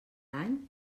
any